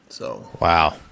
Wow